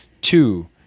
Two